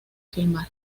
filmar